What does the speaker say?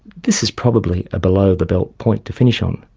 this is probably a below-the-belt point to finish on,